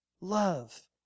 love